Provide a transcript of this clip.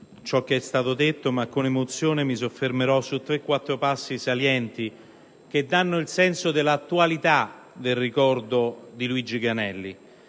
è già stato detto, ma, con emozione, mi soffermerò su qualche passo saliente che dà il senso dell'attualità del ricordo di Luigi Granelli.